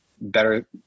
better